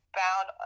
found